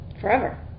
forever